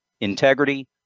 integrity